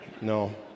No